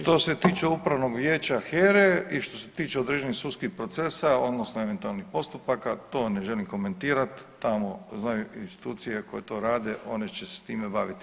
Što se tiče upravnog vijeća HERA-e i što se tiče određenih sudskih procesa odnosno eventualnih postupaka to ne želim komentirat, tamo znaju institucije koje to rade, one će se s time baviti.